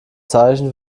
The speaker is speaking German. zeichen